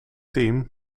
team